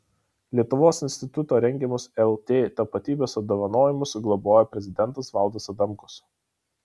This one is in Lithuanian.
lietuvos instituto rengiamus lt tapatybės apdovanojimus globoja prezidentas valdas adamkus